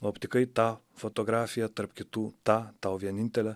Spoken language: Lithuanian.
o aptikai tą fotografiją tarp kitų tą tau vienintelę